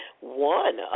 one